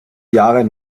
jahren